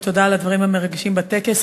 ותודה על הדברים המרגשים בטקס.